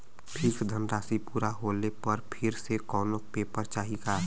Fix धनराशी पूरा होले पर फिर से कौनो पेपर चाही का?